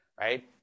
Right